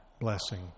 blessing